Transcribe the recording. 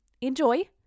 enjoy